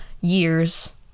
years